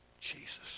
Jesus